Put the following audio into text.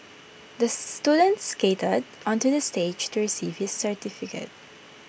the student skated onto the stage to receive his certificate